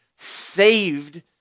saved